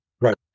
Right